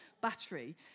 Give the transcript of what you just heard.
battery